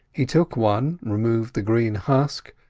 he took one, removed the green husk,